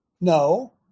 No